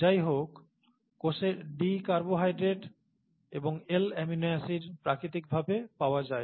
যাই হোক কোষে D কার্বোহাইড্রেট এবং L অ্যামিনো এসিড প্রাকৃতিকভাবে পাওয়া যায়